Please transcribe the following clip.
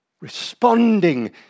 Responding